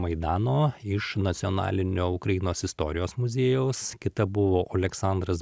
maidano iš nacionalinio ukrainos istorijos muziejaus kita buvo aleksandras